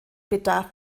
bedarf